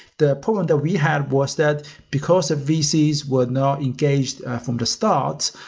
the problem that we had was that because of vcs were not engaged from the start,